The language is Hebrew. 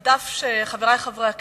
חברי חברי הכנסת,